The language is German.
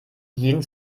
jeden